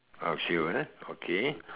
oh shoe eh okay